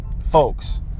folks